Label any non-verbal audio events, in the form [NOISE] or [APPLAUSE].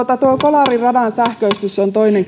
tuo kolarin radan sähköistys on toinen [UNINTELLIGIBLE]